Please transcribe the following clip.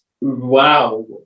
Wow